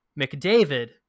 McDavid